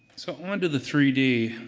so, on to the three d.